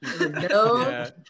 No